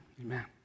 Amen